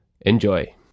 Enjoy